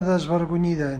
desvergonyida